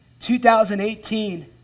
2018